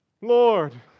Lord